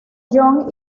john